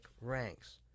ranks